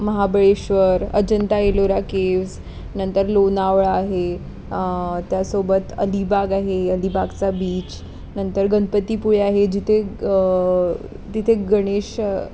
Mahabaleshwar Ajanta Ellora caves नंतर लोणावळा आहे त्यासोबत अलिबाग आहे अलिबागचा बीच नंतर गणपतीपुळे आहे जिथे तिथे गणेश